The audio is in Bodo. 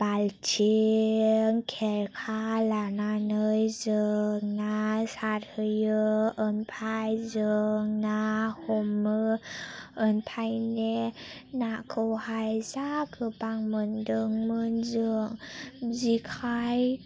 बालथिं खेरखा लानानै जों ना सारहैयो ओमफ्राय जों ना हमो ओमफ्राय नाखौहाय जा गोबां मोनदोंमोन जों जेखाय